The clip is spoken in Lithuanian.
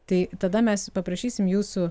tai tada mes paprašysim jūsų